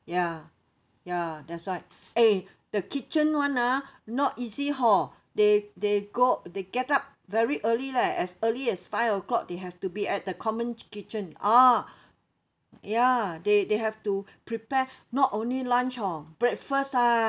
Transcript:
ya ya that's why eh the kitchen [one] ah not easy hor they they go they get up very early leh as early as five o'clock they have to be at the common kitchen ah ya they they have to prepare not only lunch hor breakfast ah